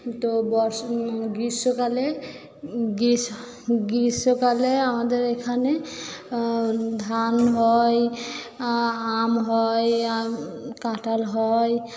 তো বর্ষা গ্রীষ্মকালে গ্রীষ্মকালে গ্রীষ্মকালে আমাদের এখানে ধান হয় আম হয় কাঁঠাল হয়